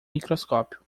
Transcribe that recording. microscópio